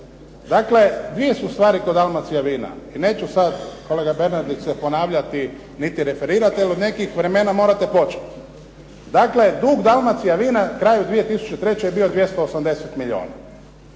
Dakle, dvije su stvari kod "Dalmacije vina" i neću se sada kolega Kozlevac ponavljati niti referirati, jer od nekih vremena morate početi. Dakle, dug "Dalmacije vina" krajem 2003. je bio 280 milijuna.